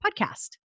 podcast